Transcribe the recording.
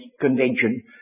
convention